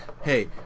hey